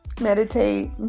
Meditate